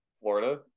Florida